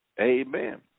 Amen